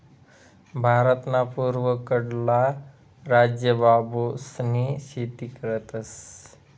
भारतना पूर्वकडला राज्य बांबूसनी शेती करतस